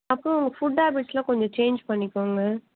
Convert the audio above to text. அப்புறோம் உங்கள் ஃபுட் ஹாபிட்ஸ்லாம் கொஞ்சம் சேஞ்ச் பண்ணிக்கோங்க